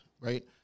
right